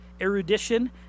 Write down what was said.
erudition